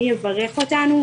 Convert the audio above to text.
מי יברך אותנו,